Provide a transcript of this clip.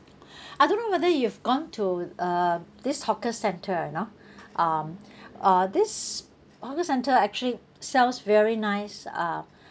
I don't know whether you have gone to uh this hawker centre you know um uh this hawker centre actually sells very nice uh